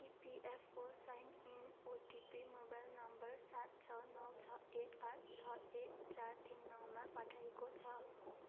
EPFO sign in OTP mobile number सात छ नौ छ एक आठ छ एक चार तिन नौमा पठाइएको छ